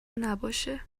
نباشه